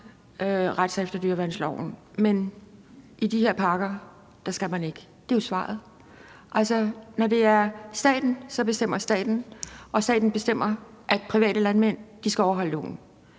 sig efter dyreværnsloven, men i de her parker skal man ikke. Det er jo svaret. Altså, når det er staten, bestemmer staten, og staten bestemmer, at private landmænd skal overholde loven.